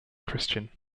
christian